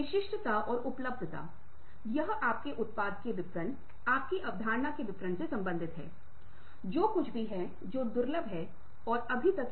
इसलिए जब आप इस तकनीक को आगे बढ़ाते हैं तो आप इसे बहुत तेज़ी से कर पाएंगे जब आप इसे अपने मित्रों के साथ विभिन्न प्रकार के स्थानों पर आज़माते हैं जहाँ आपको सुनने की अनुमति होती है या आप एक संदर्भ पाते हैं जहाँ आप सुनते हैं